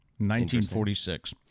1946